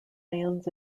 fans